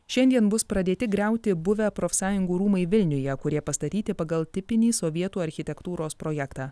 šiandien bus pradėti griauti buvę profsąjungų rūmai vilniuje kurie pastatyti pagal tipinį sovietų architektūros projektą